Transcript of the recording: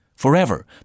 Forever